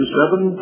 seven